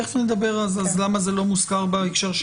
תכף נדבר על למה זה לא מוזכר בהקשר של